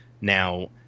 Now